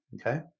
okay